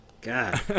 God